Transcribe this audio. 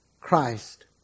Christ